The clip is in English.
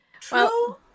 true